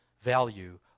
value